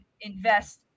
invest